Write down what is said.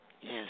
Yes